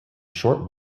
short